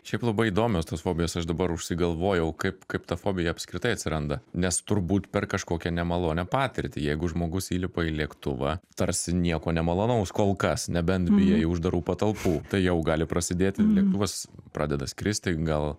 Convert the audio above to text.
šiaip labai įdomios tos fobijos aš dabar užsigalvojau kaip kaip ta fobija apskritai atsiranda nes turbūt per kažkokią nemalonią patirtį jeigu žmogus įlipa į lėktuvą tarsi nieko nemalonaus kol kas nebent bijai uždarų patalpų tai jau gali prasidėti lėktuvas pradeda skristi gal